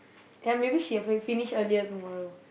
and maybe she will finish earlier tomorrow